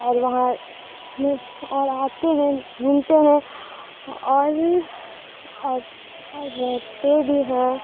اور وہاں اور آتے ہیں گھومتے ہیں اور اور اور رہتے بھی ہیں